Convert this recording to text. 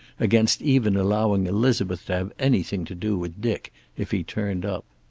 against even allowing elizabeth to have anything to do with dick if he turned up.